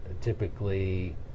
typically